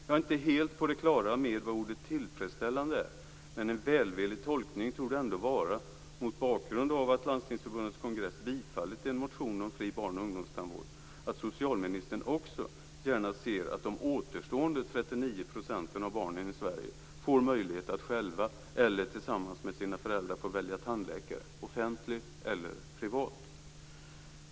Jag är inte helt på det klara med vad "tillfredsställande" är, men en välvillig tolkning torde ändå, mot bakgrund av att Landstingsförbundets kongress bifallit en motion om fri barn och ungdomstandvård, vara att socialministern också gärna ser att de återstående 39 procenten av barnen i Sverige får möjlighet att själva eller tillsammans med sina föräldrar välja tandläkare, offentlig eller privat.